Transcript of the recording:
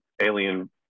alien